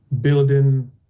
building